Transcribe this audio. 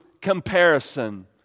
comparison